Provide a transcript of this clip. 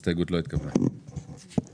הצבעה ההסתייגות לא נתקבלה ההסתייגות לא התקבלה.